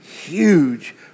huge